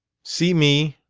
see me!